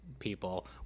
people